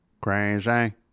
crazy